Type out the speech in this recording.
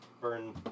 burn